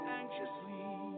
anxiously